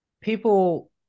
People